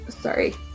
sorry